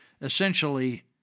essentially